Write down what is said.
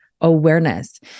awareness